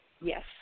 yes